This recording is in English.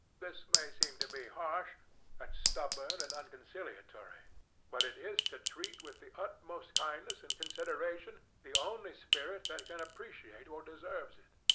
this may seem to be harsh and stubborn and unconcilliatory but it is to treat with the utmost kindness and consideration the only spirit that can appreciate or deserves it.